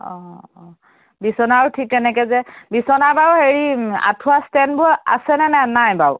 অঁ অঁ বিছনাৰো ঠিক তেনেকৈ যে বিছনা বাৰু হেৰি আঁঠুৱা ষ্টেণ্ডবোৰ আছেনে নে নাই বাৰু